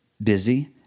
busy